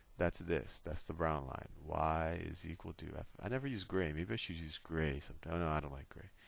that's this, that's the brown line. y is equal to i never use grey, maybe i should use grey. i so don't and like grey.